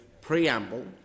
preamble